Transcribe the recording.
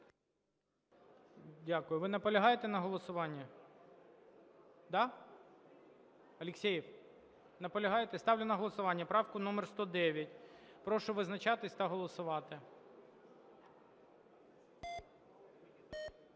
Дякую. Ви наполягаєте на голосуванні? Да? Алєксєєв, наполягаєте? Ставлю на голосування правку номер 109. Прошу визначатись та голосувати.